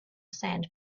sand